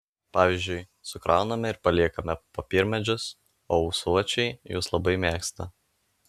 pavyzdžiui sukrauname ir paliekame popiermedžius o ūsočiai juos labai mėgsta